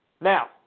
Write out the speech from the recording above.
Now